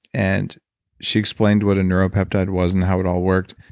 and she explained what a neuropeptide was and how it all worked.